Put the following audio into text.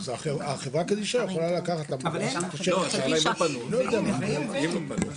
אז החברה קדישא יכולה לקחת --- אבל אין --- אם ואם ואם.